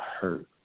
hurt